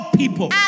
people